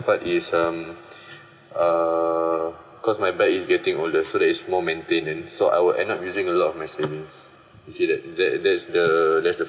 part is um err cause my bike is getting older so that's more maintenance so I will end up using a lot of my savings you see that that that's the that's the